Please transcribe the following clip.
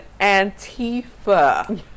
Antifa